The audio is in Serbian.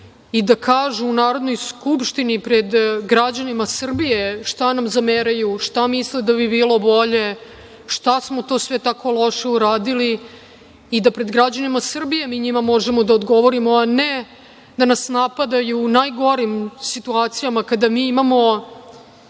i da kažu u Narodnoj skupštini pre građanima Srbije, šta nam zameraju, šta misle da bi bilo bolje, šta smo to sve tako loše uradili i da pred građanima Srbije mi njima možemo da odgovorimo, a ne da nas napadaju u najgorim situacijama kada mi imamo